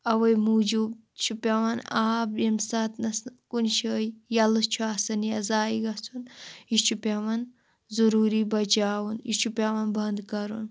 اَوے موجوٗب چھِ پیٚوان آب یِمہِ ساتنَس نہٕ کُنہِ جٲے یلہٕ چھُ آسان یا زایہِ گَژھُن یہِ چھُ پیٚوان ضروٗری بچاوُن یہِ چھُ پیٚوان بَنٛد کَرُن